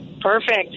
Perfect